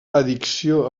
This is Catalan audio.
addicció